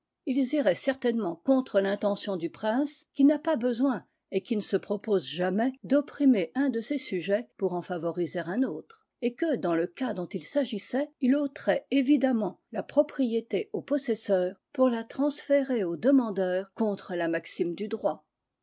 ils iraient certainement contre l'intention du prince qui n'a pas besoin et qui ne se propose jamais d'opprimer un de ses sujets pour en favoriser un autre et que dans le cas dont il s'agissait il ôterait évidemment la propriété au possesseur pour la transférer au demandeur contre la maxime du droit